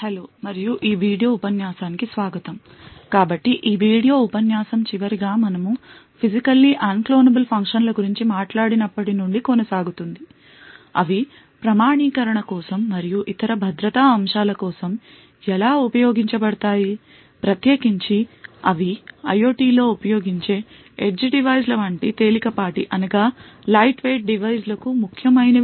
hello మరియు ఈ video ఉపన్యాసానికి స్వాగతం కాబట్టి ఈ వీడియో ఉపన్యాసం చివరిగా మనము ఫిజికల్లీ అన్క్లోనబుల్ ఫంక్షన్ల గురించి మాట్లాడినప్పటి నుండి కొనసాగుతుంది అవి ప్రామాణీకరణ కోసం మరియు ఇతర భద్రతా అంశాల కోసం ఎలా ఉపయోగించబడతాయి ప్రత్యేకించి అవి IOT లో ఉపయోగించే ఎడ్జ్ డివైస్ ల వంటి తేలికపాటిడివైస్ లకూ ముఖ్యమైనవి